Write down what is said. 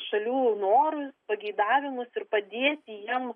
šalių norus pageidavimus ir padėti jiem